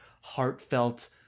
heartfelt